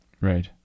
Right